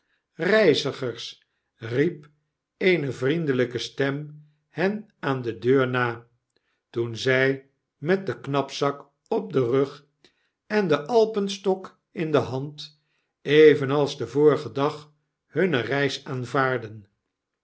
reizigers riep eene vriendelyke stem hen aan de deur na toen zy met den knapzak op den rug en den alpenstok in de hand evenals den vorigen dag hunne reis aanvaardden